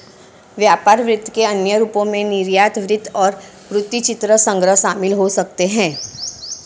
व्यापार वित्त के अन्य रूपों में निर्यात वित्त और वृत्तचित्र संग्रह शामिल हो सकते हैं